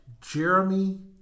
Jeremy